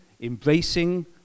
embracing